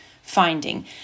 finding